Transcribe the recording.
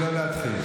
תני לו להתחיל.